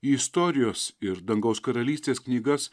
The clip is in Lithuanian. į istorijos ir dangaus karalystės knygas